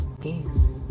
peace